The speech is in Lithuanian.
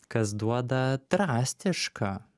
kas duoda drastišką